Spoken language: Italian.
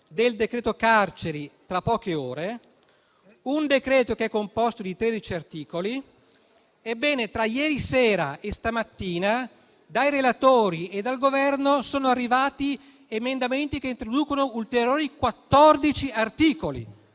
al decreto-legge sulle carceri, che è composto di 13 articoli. Ebbene, tra ieri sera e stamattina, dai relatori e dal Governo sono arrivati emendamenti che introducono ulteriori 14 articoli.